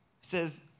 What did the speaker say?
says